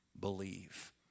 believe